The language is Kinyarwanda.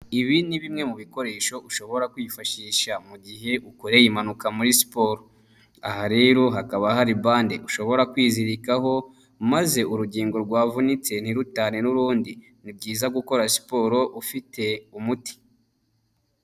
Ibi ni bimwe mu bikoresho ushobora kwifashisha mu gihe ukoreye impanuka muri siporo. Aha rero hakaba hari bande ushobora kwizirikaho, maze urugingo rwavunitse ntirutane n'urundi. Ni byiza gukora siporo ufite umuti.